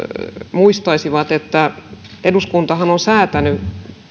muistaisivat että eduskuntahan on säätänyt